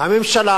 הממשלה